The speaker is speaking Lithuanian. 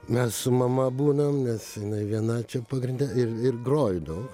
mes su mama būnam nes jinai viena čia pagrinde ir ir groju daug